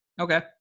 Okay